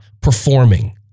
performing